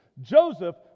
Joseph